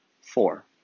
Four